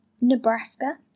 Nebraska